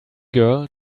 girl